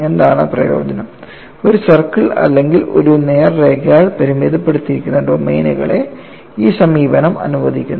എന്താണ് പ്രയോജനം ഒരു സർക്കിൾ അല്ലെങ്കിൽ ഒരു നേർരേഖയാൽ പരിമിതപ്പെടുത്തിയിരിക്കുന്ന ഡൊമെയ്നുകളെ ഈ സമീപനം അനുവദിക്കുന്നു